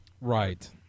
Right